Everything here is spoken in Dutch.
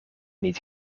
niet